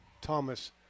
Thomas